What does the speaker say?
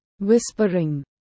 Whispering